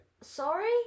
Sorry